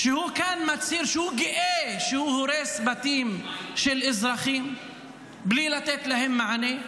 שהוא כאן מצהיר שהוא גאה שהוא הורס בתים של אזרחים בלי לתת להם מענה.